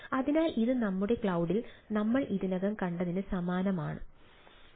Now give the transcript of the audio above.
അതിനാൽ ഇത് നമ്മുടെ ക്ലൌഡിൽ നമ്മൾ ഇതിനകം കണ്ടതിന് സമാനമാണിത്